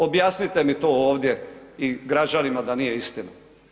Objasnite mi to ovdje i građanima da nije istina.